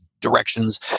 directions